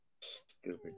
Stupid